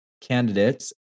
candidates